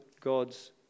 God's